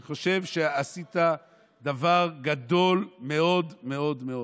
אני חושב שעשית דבר גדול מאוד מאוד מאוד.